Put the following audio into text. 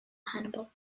hannibal